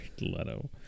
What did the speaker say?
Leto